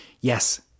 yes